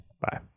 Bye